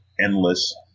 endless